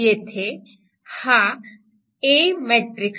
येथे हा A matrix आहे